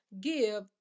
give